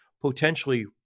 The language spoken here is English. potentially